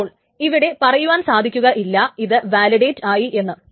അപ്പോൾ ഇവിടെ പറയുവാൻ സാധിക്കുകയില്ല ഇത് വാലിഡേറ്റ് ആയി എന്ന്